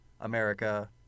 America